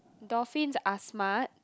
dolphins are smart